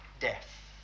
death